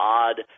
odd